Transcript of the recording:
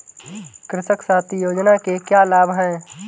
कृषक साथी योजना के क्या लाभ हैं?